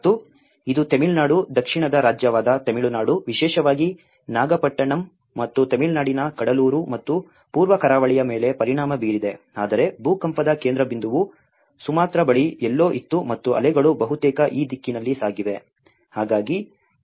ಮತ್ತು ಇದು ತಮಿಳುನಾಡು ದಕ್ಷಿಣದ ರಾಜ್ಯವಾದ ತಮಿಳುನಾಡು ವಿಶೇಷವಾಗಿ ನಾಗಪಟ್ಟಿಣಂ ಮತ್ತು ತಮಿಳುನಾಡಿನ ಕಡಲೂರು ಮತ್ತು ಪೂರ್ವ ಕರಾವಳಿಯ ಮೇಲೆ ಪರಿಣಾಮ ಬೀರಿದೆ ಆದರೆ ಭೂಕಂಪದ ಕೇಂದ್ರಬಿಂದುವು ಸುಮಾತ್ರಾ ಬಳಿ ಎಲ್ಲೋ ಇತ್ತು ಮತ್ತು ಅಲೆಗಳು ಬಹುತೇಕ ಈ ದಿಕ್ಕಿನಲ್ಲಿ ಸಾಗಿವೆ